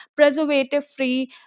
preservative-free